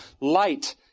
light